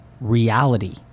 reality